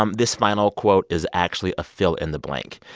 um this final quote is actually a fill in the blank.